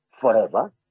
forever